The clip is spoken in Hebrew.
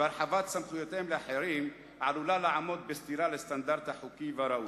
והרחבת הסמכויות לאחרים עלולה לעמוד בסתירה לסטנדרד החוקי והראוי.